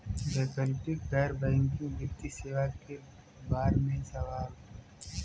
वैकल्पिक गैर बैकिंग वित्तीय सेवा के बार में सवाल?